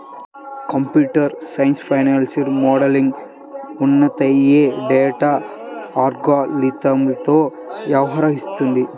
computer science financial మోడలింగ్లో ఉత్పన్నమయ్యే data అల్గారిథమ్లతో వ్యవహరిస్తుంది